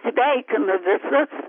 sveikinu visus